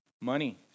Money